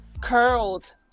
curled